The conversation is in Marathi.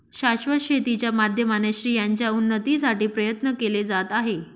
शाश्वत शेती च्या माध्यमाने स्त्रियांच्या उन्नतीसाठी प्रयत्न केले जात आहे